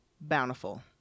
Bountiful